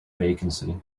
vacancy